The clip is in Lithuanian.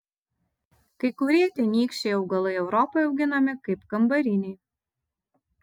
kai kurie tenykščiai augalai europoje auginami kaip kambariniai